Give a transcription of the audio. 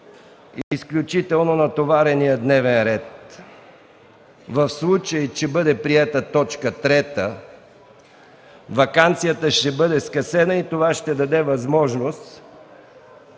изключително натоварения дневен ред. В случай, че бъде приета точка трета, ваканцията ще бъде скъсена и това ще даде възможност